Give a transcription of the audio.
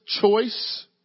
choice